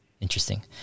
Interesting